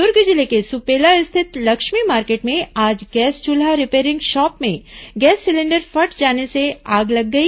दुर्ग जिले के सुपेला स्थित लक्ष्मी मार्केट में आज गैस चूल्हा रिपेरिंग शॉप में गैस सिलेंडर फट जाने से आग लग गई